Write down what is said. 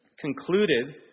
concluded